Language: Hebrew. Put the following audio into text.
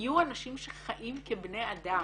יהיו אנשים שחיים כבני אדם.